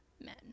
men